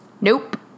Nope